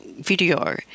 video